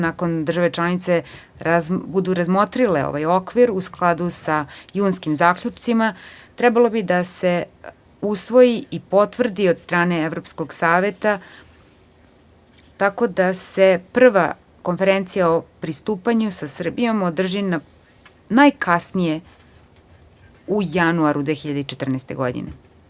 Nakon što države članice razmotre ovaj okvir u skladu sa junskim zaključcima trebalo bi da se usvoji i potvrdi od strane Evropskog saveta, tako da se prva konferencija o pristupanju sa Srbijom održi najkasnije u januaru 2014. godine.